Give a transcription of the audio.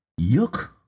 yuck